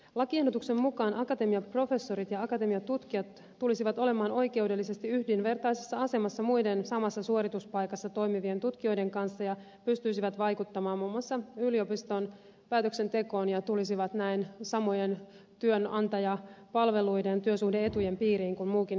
lakiehdotuksen mukaan akatemiaprofessorit ja akatemiatutkijat tulisivat olemaan oikeudellisesti yhdenvertaisessa asemassa muiden samassa suorituspaikassa toimivien tutkijoiden kanssa pystyisivät vaikuttamaan muun muassa yliopiston päätöksentekoon ja tulisivat näin samojen työnantajapalveluiden työsuhde etujen piiriin kuin muukin henkilöstö